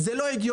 זה לא הגיוני.